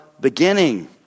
beginning